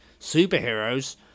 superheroes